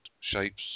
shapes